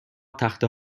تخته